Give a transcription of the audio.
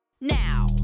now